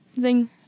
Zing